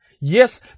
Yes